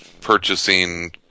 purchasing